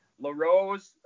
LaRose